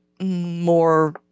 more